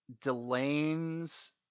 Delane's